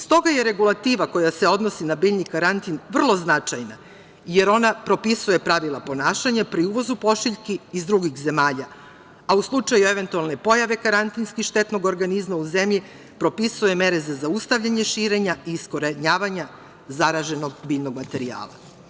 Stoga je regulativa koja se odnosi na biljni karantin vrlo značajna, jer ona propisuje pravila ponašanja pri uvozu pošiljki iz drugih zemalja, a u slučaju eventualne pojave karantinski štetnog organizma u zemlji, propisuje mere za zaustavljanje širenja i iskorenjavanja zaraženog biljnog materijala.